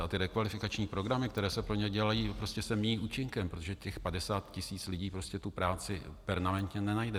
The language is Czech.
A rekvalifikační programy, které se pro ně dělají, se prostě míjejí účinkem, protože těch 50 tisíc lidí prostě tu práci permanentně nenajde.